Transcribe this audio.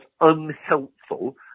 unhelpful